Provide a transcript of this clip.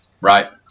right